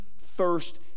first